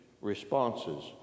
responses